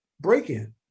break-in